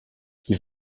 qui